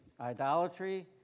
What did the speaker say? idolatry